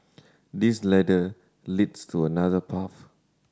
this ladder leads to another path